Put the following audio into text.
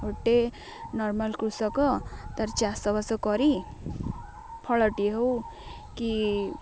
ଗୋଟେ ନର୍ମାଲ୍ କୃଷକ ତା'ର ଚାଷ ବାସ କରି ଫଳଟିଏ ହଉ କି